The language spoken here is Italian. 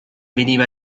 veniva